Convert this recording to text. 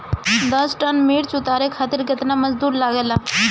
दस टन मिर्च उतारे खातीर केतना मजदुर लागेला?